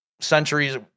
centuries